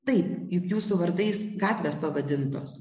taip juk jūsų vardais gatvės pavadintos